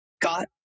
got